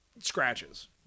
scratches